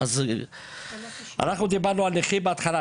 אנחנו דיברנו על נכים בהתחלה,